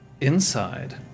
Inside